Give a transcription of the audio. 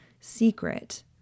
secret